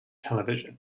television